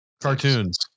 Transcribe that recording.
cartoons